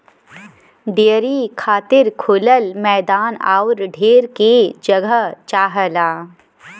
dairy खातिर खुलल मैदान आउर ढेर के जगह चाहला